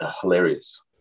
hilarious